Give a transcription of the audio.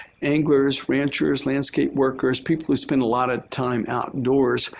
anglers, ranchers, landscape workers, people who spend a lot of time outdoors.